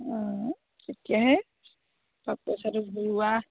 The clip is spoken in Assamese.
অঁ তেতিয়াহে বা পইচাটো ঘূৰোৱা